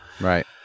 Right